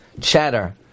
chatter